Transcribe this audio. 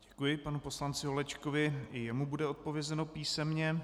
Děkuji panu poslanci Holečkovi, i jemu bude odpovězeno písemně.